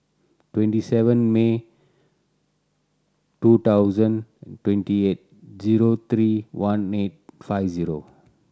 twenty seven May two thousand twenty eight zero three one eight five zero